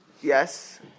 yes